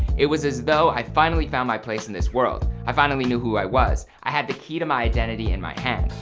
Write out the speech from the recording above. it was as though i finally found my place in this world, i finally knew who i was. i had the key to my identity in my hand.